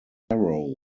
harrow